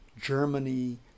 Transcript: Germany